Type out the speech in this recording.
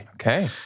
Okay